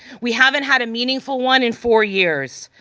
we haven't had a meaningful one in four years.